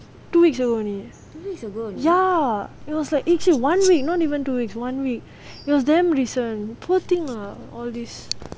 two weeks ago only ya it was like eh shit one week not even two weeks one week it was damn recent poor thing lah all these